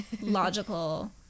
logical